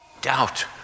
doubt